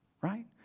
right